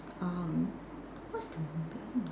um what's the movie name